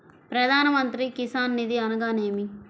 ప్రధాన మంత్రి కిసాన్ నిధి అనగా నేమి?